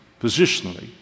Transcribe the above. Positionally